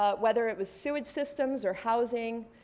ah whether it was sewage systems, or housing,